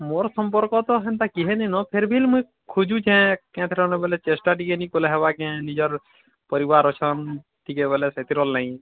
ମୋର୍ ସମ୍ପର୍କ ତ ହେନ୍ତା କିହେ ନିନ ଫ୍ରୀବିଲ୍ ମୁଇଁ ଖୁଜୁଚେଁ ନିଜର ପରିବାର୍ ଅଛନ୍ ଟିକେ ବଲେ ସେଥି ଡର୍ ନାହିଁ